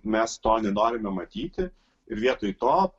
mes to nenorime matyti ir vietoj to